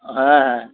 হ্যাঁ হ্যাঁ